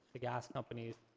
the gas companies,